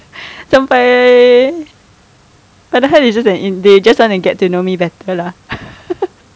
sampai padahal they just want to get to know me better lah